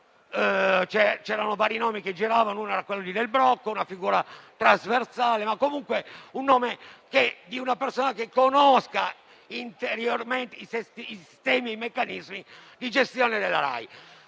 (giravano vari nomi, uno dei quali era Del Brocco, una figura trasversale) o comunque il nome di una persona che conosca internamente i sistemi e i meccanismi di gestione della Rai.